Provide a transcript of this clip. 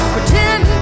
Pretend